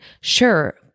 Sure